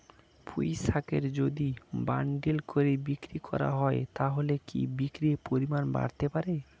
পুঁইশাকের যদি বান্ডিল করে বিক্রি করা হয় তাহলে কি বিক্রির পরিমাণ বাড়তে পারে?